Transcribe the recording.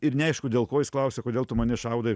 ir neaišku dėl ko jis klausia kodėl tu mane šaudai